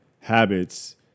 habits